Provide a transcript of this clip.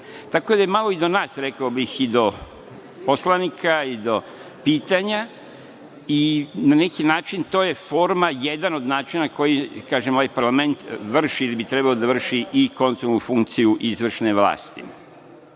radi. Tako da je malo i do nas, rekao bih, i do poslanika i do pitanja i na neki način forma, jedan od načina koji, kažem, ovaj parlament vrši ili bi trebalo da vrši – i kontrolnu funkciju izvršne vlasti.